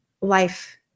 life